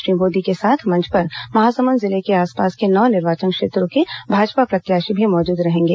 श्री मोदी के साथ मंच पर महासमुद जिले के आसपॉस के नौ निर्वाचन क्षेत्रों के भाजपा प्रत्याशी भी मौजूद रहेंगे